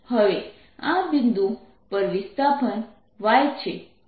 હવે આ બિંદુ પર વિસ્થાપન y છે